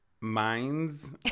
Minds